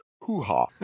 hoo-ha